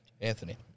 Anthony